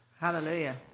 Hallelujah